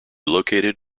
located